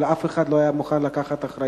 אבל אף אחד לא היה מוכן לקחת אחריות.